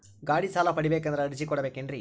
ಗಾಡಿ ಸಾಲ ಪಡಿಬೇಕಂದರ ಅರ್ಜಿ ಕೊಡಬೇಕೆನ್ರಿ?